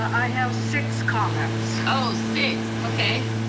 i have six comments. oh six, okay.